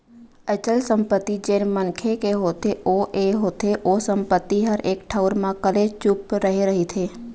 अचल संपत्ति जेन मनखे के होथे ओ ये होथे ओ संपत्ति ह एक ठउर म कलेचुप रहें रहिथे